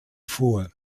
vor